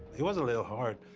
it was a little hard,